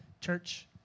Church